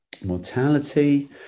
Mortality